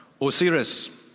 Osiris